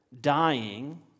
dying